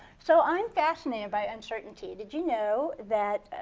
so i'm fascinated by uncertainty. did you know that